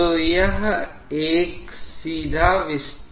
तो यह एक सीधा विस्तार है